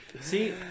See